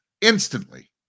instantly